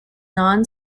non